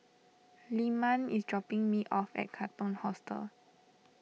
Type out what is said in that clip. Lyman is dropping me off at Katong Hostel